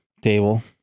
table